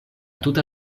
tuta